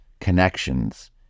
connections